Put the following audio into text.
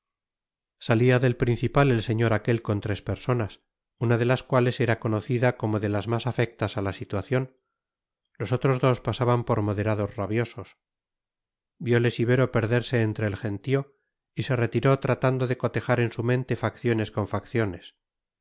salía del principal el señor aquel con tres personas una de las cuales era conocida como de las más afectas a la situación los otros dos pasaban por moderados rabiosos violes ibero perderse entre el gentío y se retiró tratando de cotejar en su mente facciones con facciones